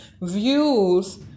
views